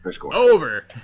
Over